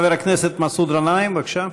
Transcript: חבר הכנסת מסעוד גנאים, בבקשה.